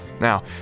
Now